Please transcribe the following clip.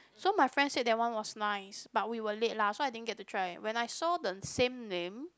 so my friend said that one was nice but we were late lah so I didn't get to try when I saw the same name